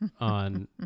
on